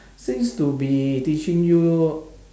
seems to be teaching you